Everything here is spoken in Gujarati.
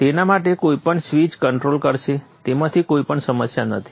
તેના માટે કોઈ પણ સ્વીચ કન્ટ્રોલ્ડ કરશે તેમાં કોઈ સમસ્યા નથી